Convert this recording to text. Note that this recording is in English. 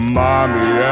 mommy